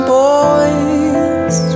boys